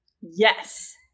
Yes